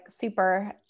super